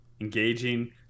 engaging